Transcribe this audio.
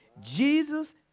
Jesus